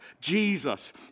Jesus